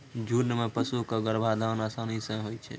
झुंड म पशु क गर्भाधान आसानी सें होय छै